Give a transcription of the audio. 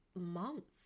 months